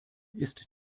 ist